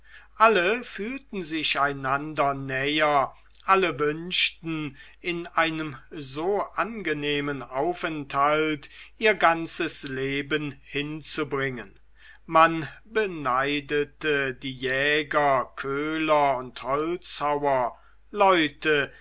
alle fühlten sich einander näher alle wünschten in einem so angenehmen aufenthalt ihr ganzes leben hinzubringen man beneidete die jäger köhler und holzhauer leute